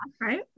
right